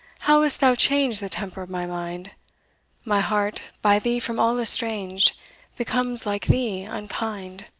how hast thou changed the temper of my mind my heart, by thee from all estranged, becomes like thee unkind.